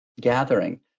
gathering